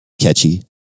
catchy